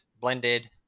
blended